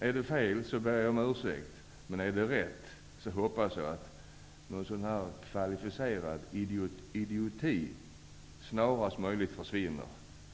Är det fel ber jag om ursäkt, men är det rätt hoppas jag att sådan här kvalificerad idioti snarast möjligt försvinner.